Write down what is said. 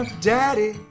Daddy